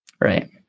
Right